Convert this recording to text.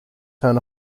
turn